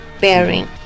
bearing